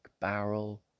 barrel